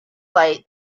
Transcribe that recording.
light